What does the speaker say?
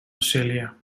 australia